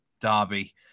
derby